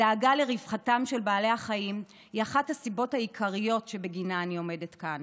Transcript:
הדאגה לרווחתם של בעלי החיים היא אחת הסיבות העיקריות שאני עומדת כאן.